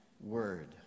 word